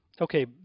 Okay